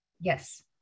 Yes